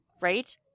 Right